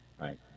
right